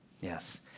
Yes